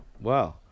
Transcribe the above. wow